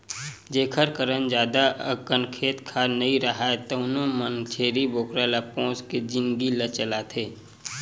जेखर करन जादा अकन खेत खार नइ राहय तउनो मन छेरी बोकरा ल पोसके जिनगी ल चलाथे